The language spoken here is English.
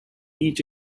each